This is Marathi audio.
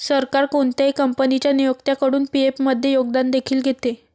सरकार कोणत्याही कंपनीच्या नियोक्त्याकडून पी.एफ मध्ये योगदान देखील घेते